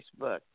Facebook